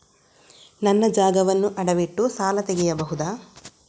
ನನ್ನ ಜಾಗವನ್ನು ಅಡವಿಟ್ಟು ಸಾಲ ತೆಗೆಯಬಹುದ?